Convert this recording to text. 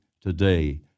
today